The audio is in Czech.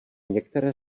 některé